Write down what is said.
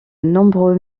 nombreux